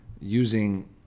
using